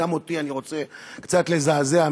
גם אותי אני רוצה קצת לזעזע,